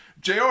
JR